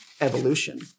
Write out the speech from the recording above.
evolution